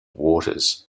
waters